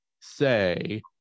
say